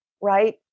right